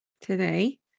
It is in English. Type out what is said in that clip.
today